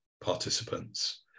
participants